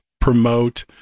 promote